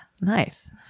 nice